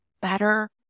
better